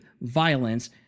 violence